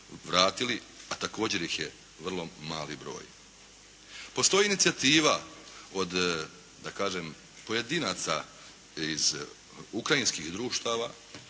a također ih je mali broj. Postoji inicijativa od da kažem pojedinaca iz Ukrajinskih društava